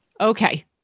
Okay